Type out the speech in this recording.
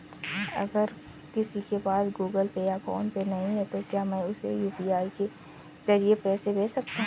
अगर किसी के पास गूगल पे या फोनपे नहीं है तो क्या मैं उसे यू.पी.आई के ज़रिए पैसे भेज सकता हूं?